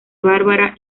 barbara